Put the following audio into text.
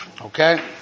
Okay